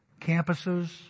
campuses